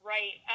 Right